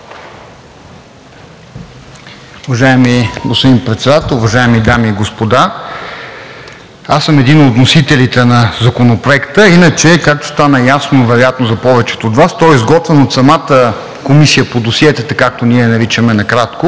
Уважаеми господин Председател, уважаеми дами и господа! Аз съм един от вносителите на Законопроекта, а както стана ясно вероятно за повечето от Вас, той е изготвен от самата Комисия по досиетата, както ние я наричаме накратко.